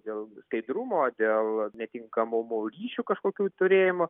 dėl skaidrumo dėl netinkamomų ryšių kažkokių turėjimo